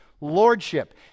Lordship